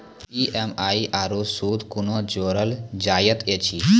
EMI आरू सूद कूना जोड़लऽ जायत ऐछि?